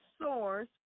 source